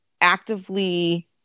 actively